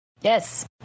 Yes